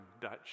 Dutch